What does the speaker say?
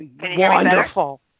Wonderful